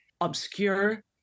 Obscure